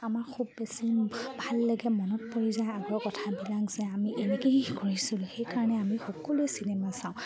আমাৰ খুব বেছি ভাল লাগে মনত পৰি যায় আগৰ কথাবিলাক যে আমি এনেকৈয়ে কৰিছিলোঁ সেইকাৰণে আমি সকলোৱে চিনেমা চাওঁ